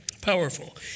Powerful